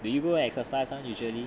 do you go exercise one usually